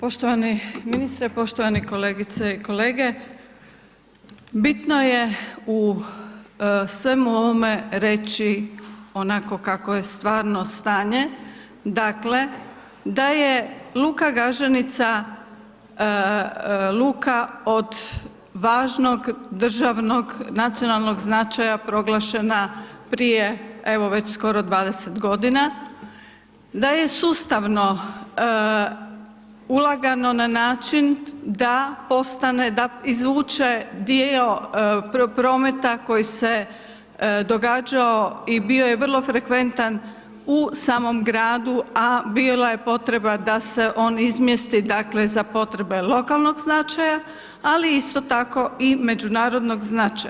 Poštovani ministre, poštovane kolegice i kolege, bitno je svemu ovome reći onako kako je stvarno stanje, dakle, da je luka Gaženica luka od važnog državnog, nacionalnog značaja proglašena prije, evo već skoro 20.g., da je sustavno ulagano na način da postane, da izvuče dio prometa koji se događao i bio je vrlo frekventan u samom gradu, a bila je potreba da se on izmjesti, dakle, za potrebe lokalnog značaja, ali isto tako i međunarodnog značaja.